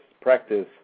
practice